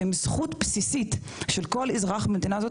שהן זכות בסיסית של כל אזרח במדינה הזאת,